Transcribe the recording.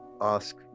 ask